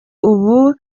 ubu